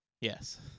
Yes